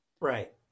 right